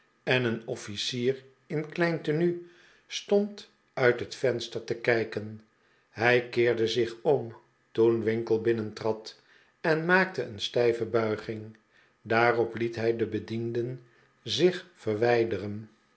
en een off icier in klein tenue stond uit het venster te kijken hij keerde zich om toen winkle binnentrad en maakte een stijve bulging daarop liet hij de bedienden zich verwijderen